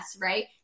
right